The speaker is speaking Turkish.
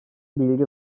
bilgi